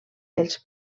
els